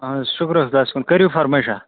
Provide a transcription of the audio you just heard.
اَہَن حظ شُکُر حظ خۄدایَس کُن کٔرِو فَرمٲیشاہ